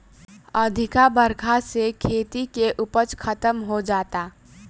अधिका बरखा से खेती के उपज खतम हो जाता